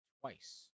twice